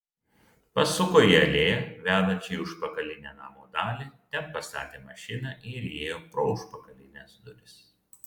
pasuko į alėją vedančią į užpakalinę namo dalį ten pastatė mašiną ir įėjo pro užpakalines duris